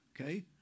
Okay